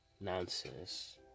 nonsense